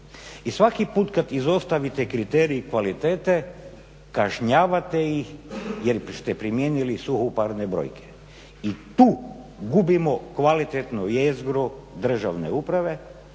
I svaki put kad izostavite kriterij kvalitete kažnjavate ih jer ste primijenili suhoparne brojke. I tu gubimo kvalitetnu jezgru državne uprave